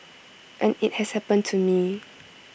and IT has happened to me